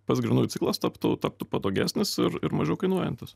pats grynųjų ciklas taptų taptų patogesnis ir ir mažiau kainuojantis